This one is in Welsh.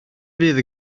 fydd